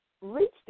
reached